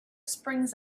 springs